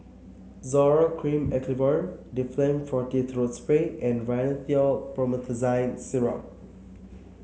Zoral Cream Acyclovir Difflam Forte Throat Spray and Rhinathiol Promethazine Syrup